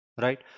right